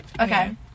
Okay